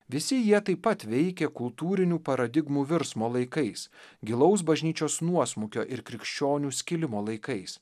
visi jie taip pat veikė kultūrinių paradigmų virsmo laikais gilaus bažnyčios nuosmukio ir krikščionių skilimo laikais